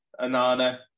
Anana